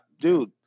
dude